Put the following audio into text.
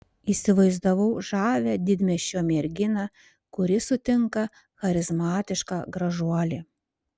įsivaizdavau žavią didmiesčio merginą kuri sutinka charizmatišką gražuolį